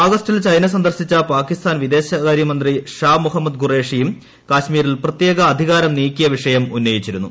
ആഗസ്റ്റിൽ China സന്ദർശിച്ച പാകിസ്ഥാൻ വിദേശകാര്യമന്ത്രി ഷാ മുഹമ്മദ് ഖുറേഷിയും കശ്മീരിൽ പ്രത്യേകാധികാരം നീക്കിയ വിഷയം ഉന്നയിച്ചിരുന്നു